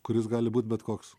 kuris gali būt bet koks